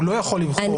והוא לא יכול לבחור.